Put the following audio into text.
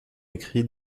écrit